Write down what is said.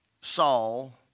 Saul